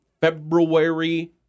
February